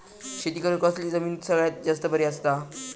शेती करुक कसली जमीन सगळ्यात जास्त बरी असता?